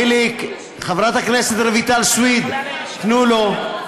חיליק, חברת הכנסת רויטל סויד, תנו לו.